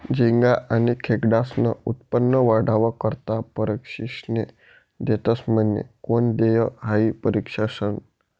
झिंगा आनी खेकडास्नं उत्पन्न वाढावा करता परशिक्षने देतस म्हने? कोन देस हायी परशिक्षन?